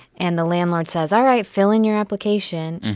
and the landlord says all right, fill in your application.